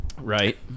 Right